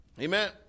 Amen